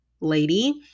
lady